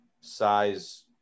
size